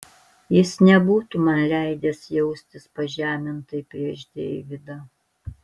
jis nebūtų man leidęs jaustis pažemintai prieš deividą